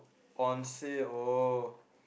on sale oh